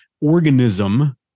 organism